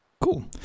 Cool